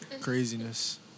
Craziness